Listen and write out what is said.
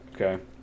okay